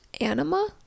Anima